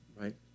right